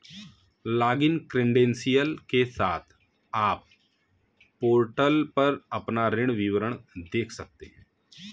login credential के साथ, आप पोर्टल पर अपना ऋण विवरण देख सकते हैं